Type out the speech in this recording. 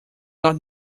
not